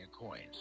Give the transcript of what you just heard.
Coins